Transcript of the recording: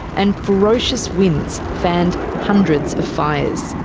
and ferocious winds fanned hundreds of fires.